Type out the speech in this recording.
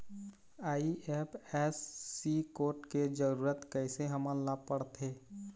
IFSC code के जरूरत कैसे हमन ला पड़थे?